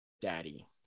daddy